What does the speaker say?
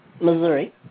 Missouri